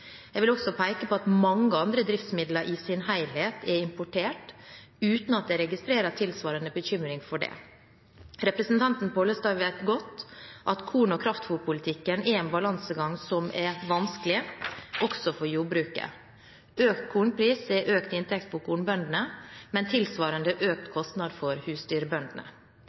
Jeg vil også peke på at mange andre driftsmidler i sin helhet er importert, uten at jeg registrerer tilsvarende bekymring for det. Representanten Pollestad vet godt at korn- og kraftfôrpolitikken er en balansegang som er vanskelig også for jordbruket. Økt kornpris er økt inntekt for kornbøndene, men tilsvarende økt kostnad for